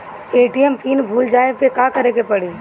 ATM pin भूल जाए पे का करे के पड़ी?